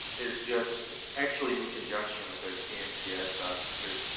is just actually in conjunction with our cncs officer